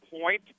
point